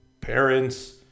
parents